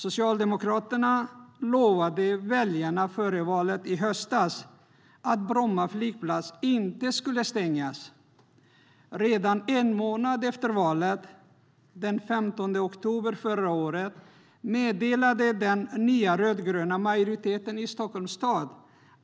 Socialdemokraterna lovade väljarna före valet i höstas att Bromma flygplats inte skulle stängas. Redan en månad efter valet, den 15 oktober förra året, meddelade den nya rödgröna majoriteten i Stockholms stad